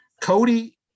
Cody